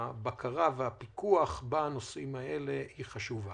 הבקרה והפיקוח בנושאים האלה חשובים.